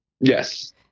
Yes